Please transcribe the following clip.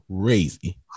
crazy